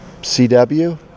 CW